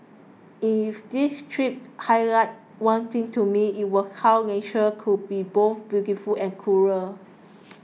if this trip highlighted one thing to me it was how nature could be both beautiful and cruel